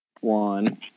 one